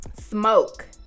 Smoke